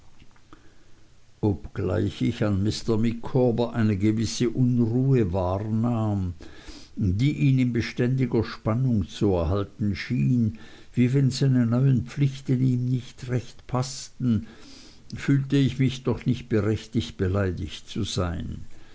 obgleich ich an mr micawber eine gewisse unruhe wahrnahm die ihn in beständiger spannung zu erhalten schien wie wenn seine neuen pflichten ihm nicht recht paßten fühlte ich mich doch nicht berechtigt beleidigt zu sein